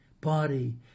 body